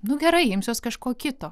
nu gerai imsiuos kažko kito